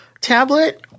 tablet